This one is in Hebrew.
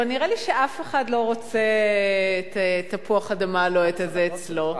אבל נראה לי שאף אחד לא רוצה את תפוח-האדמה הלוהט הזה אצלו.